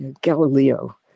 Galileo